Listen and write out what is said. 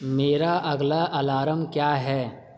میرا اگلا الارم کیا ہے